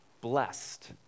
blessed